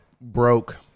broke